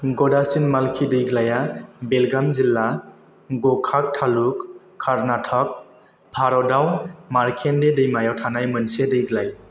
ग'डाचिन माल्की दैग्लाइया बेलगाम जिल्ला ग'काक तालुक कर्नाटक भारतआव मार्केण्डि दैमायाव थानाय मोनसे दैग्लाइ